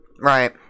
right